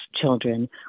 children